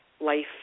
life